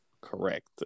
Correct